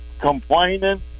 complaining